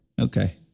Okay